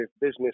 business